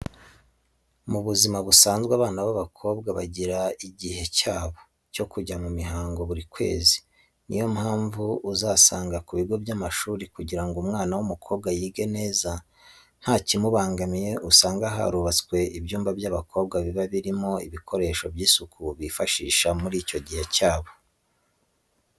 Mu buzima busanzwe abana b'abakobwa bagira igihe cyabo cyo kujya mu mihango buri kwezi. Ni yo mpamvu uzasanga ku bigo by'amashuri kugira ngo umwana w'umukobwa yige neza nta kimubangamiye, usanga harubatswe ibyumba by'abakobwa biba birimo ibikoresho by'isuku bifashisha muri icyo gihe cyabo.